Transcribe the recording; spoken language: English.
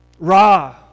Ra